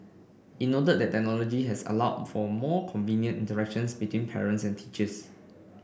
it noted that the technology has allowed for more convenient interactions between parents and teachers